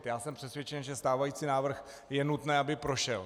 Já jsem přesvědčen, že stávající návrh je nutné, aby prošel.